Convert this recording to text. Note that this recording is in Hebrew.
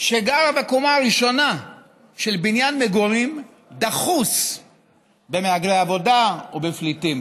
שגרה בקומה הראשונה של בניין מגורים דחוס במהגרי עבודה ובפליטים.